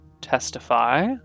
testify